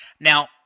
Now